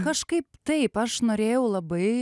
kažkaip taip aš norėjau labai